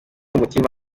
umutima